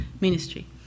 ministry